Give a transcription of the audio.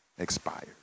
expired